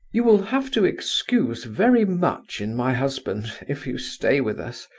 you will have to excuse very much in my husband, if you stay with us,